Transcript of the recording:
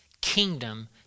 kingdom